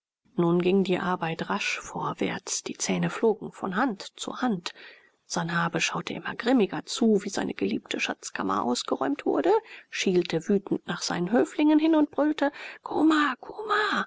nun ging die arbeit rasch vorwärts die zähne flogen von hand zu hand sanhabe schaute immer grimmiger zu wie seine geliebte schatzkammer ausgeräumt wurde schielte wütend nach seinen höflingen hin und brüllte